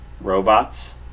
robots